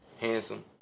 Handsome